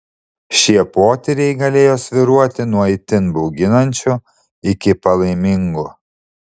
šie potyriai galėjo svyruoti nuo itin bauginančių iki palaimingų